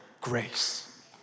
grace